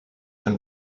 and